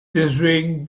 deswegen